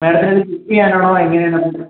മാഡത്തിന് ഗിഫ്റ്റ് ചെയ്യാനാണോ എങ്ങനെ ആണ് അത്